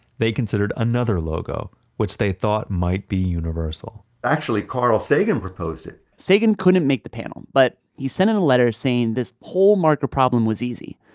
they considered another logo which they thought might be universal actually, carl sagan proposed it sagan couldn't make the panel. but he sent in a letter saying, this whole marker problem was easy.